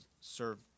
serve